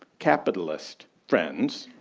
capitalist friends.